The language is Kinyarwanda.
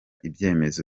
ibyemezo